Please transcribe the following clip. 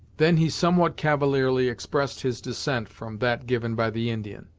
then he somewhat cavalierly expressed his dissent from that given by the indian.